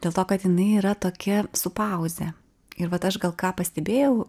dėl to kad jinai yra tokia su pauze ir vat aš gal ką pastebėjau